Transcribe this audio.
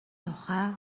тухай